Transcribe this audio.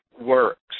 works